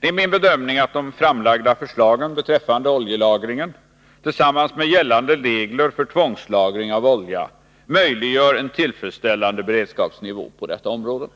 Det är min bedömning att de framlagda förslagen beträffande oljelagringen, tillsammans med gällande regler för tvångslagring av olja, möjliggör en tillfredsställande beredskapsnivå på detta område.